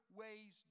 ways